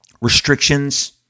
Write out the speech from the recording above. restrictions